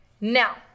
Now